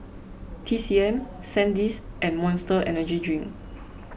T C M Sandisk and Monster Energy Drink